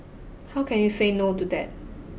how can you say no to that